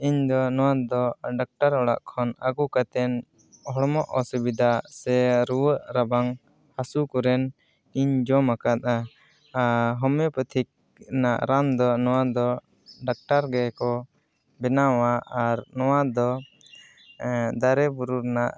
ᱤᱧᱫᱚ ᱱᱚᱣᱟᱫᱚ ᱰᱟᱠᱛᱟᱨ ᱚᱲᱟᱜ ᱠᱷᱚᱱ ᱟᱹᱜᱩ ᱠᱟᱛᱮᱫ ᱦᱚᱲᱢᱚ ᱚᱥᱩᱵᱤᱫᱟ ᱥᱮ ᱨᱩᱣᱟᱹᱜ ᱨᱟᱵᱟᱝ ᱦᱟᱹᱥᱩ ᱠᱚᱨᱮᱱ ᱤᱧ ᱡᱚᱢᱟᱠᱟᱫᱟ ᱟᱨ ᱦᱳᱢᱤᱭᱳᱯᱮᱛᱷᱤᱠ ᱨᱮᱱᱟᱜ ᱨᱟᱱ ᱫᱚ ᱱᱚᱣᱟ ᱫᱚ ᱰᱟᱠᱴᱟᱨ ᱜᱮᱠᱚ ᱵᱮᱱᱟᱣᱟ ᱟᱨ ᱱᱚᱣᱟ ᱫᱚ ᱫᱟᱨᱮ ᱵᱩᱨᱩ ᱨᱮᱱᱟᱜ